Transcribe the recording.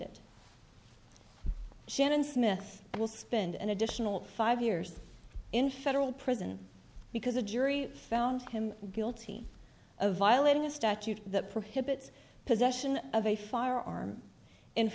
it shannon smith will spend an additional five years in federal prison because a jury found him guilty of violating a statute that prohibits possession of a firearm